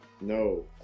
No